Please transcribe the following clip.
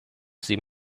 sie